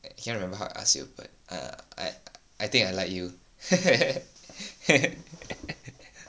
I cannot remember how I ask you but err I I think I like you